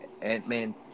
Ant-Man